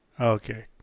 Okay